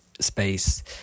space